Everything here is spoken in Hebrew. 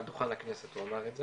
על דוכן הכנסת הוא אמר את זה.